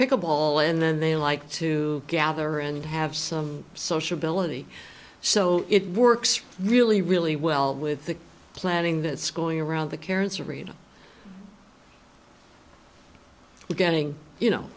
pick a ball and then they like to gather and have some sociability so it works really really well with the planning that's going around the carrots arena we're getting you know